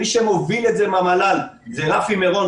שמוביל את זה במל"ל הוא רפי מירון,